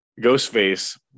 Ghostface